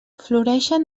floreixen